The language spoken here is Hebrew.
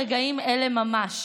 ברגעים אלה ממש,